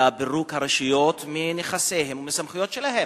לפירוק הרשויות מנכסיהן ומהסמכויות שלהן.